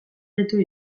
ditu